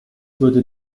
würde